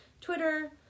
Twitter